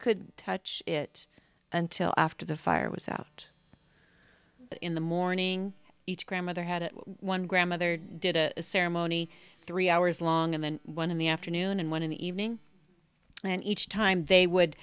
could touch it until after the fire was out in the morning each grandmother had one grandmother did a ceremony three hours long and then one in the afternoon and one in the evening and each time they would